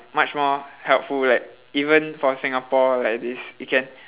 much more helpful like even for Singapore like this we can